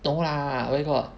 no lah where got